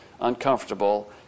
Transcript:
uncomfortable